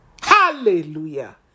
Hallelujah